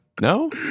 No